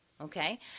Okay